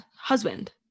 husband